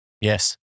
Yes